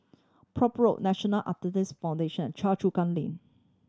Prome Road National Arthritis Foundation Choa Chu Kang Link